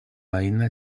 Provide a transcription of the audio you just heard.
veïna